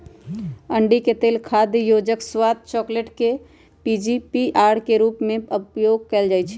अंडिके तेल खाद्य योजक, स्वाद, चकलेट में पीजीपीआर के रूप में उपयोग कएल जाइछइ